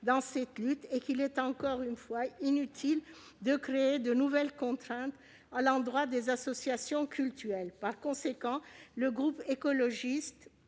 dans cette lutte et qu'il est encore une fois inutile de créer de nouvelles contraintes à l'endroit des associations cultuelles. Par conséquent, le groupe Écologiste